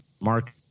Mark